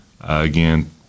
again